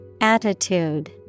Attitude